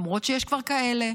למרות שיש כבר כאלה,